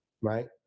Right